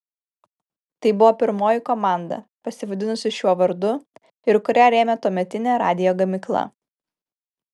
tai buvo pirmoji komanda pasivadinusi šiuo vardu ir kurią rėmė tuometinė radijo gamykla